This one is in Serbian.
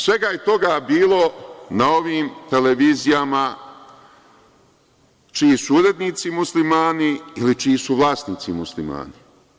Svega je toga bilo na ovim televizijama čiji su urednici Muslimani, ili čiji su vlasnici Muslimani.